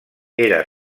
era